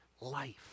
life